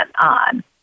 on